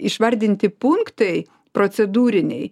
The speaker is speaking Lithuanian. išvardinti punktai procedūriniai